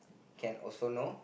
can also know